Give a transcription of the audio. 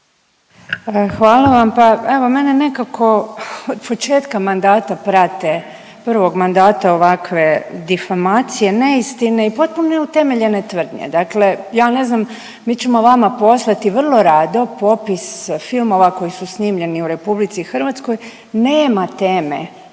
Hvala vam. Pa evo mene nekako od početka mandata prate, prvog mandata ovakve difamacije, neistine i potpuno neutemeljene tvrdnje. Dakle, ja ne znam mi ćemo vama poslati vrlo rado popis filmova koji su snimljeni u Republici Hrvatskoj. Nema teme